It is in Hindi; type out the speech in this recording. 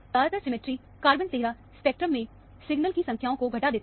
ज्यादातर सिमेट्री कार्बन 13 स्पेक्ट्रम में सिग्नल की संख्याओं को घटा देता है